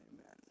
Amen